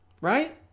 right